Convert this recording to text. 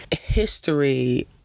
history